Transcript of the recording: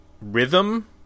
rhythm